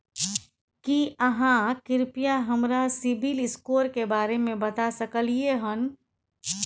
की आहाँ कृपया हमरा सिबिल स्कोर के बारे में बता सकलियै हन?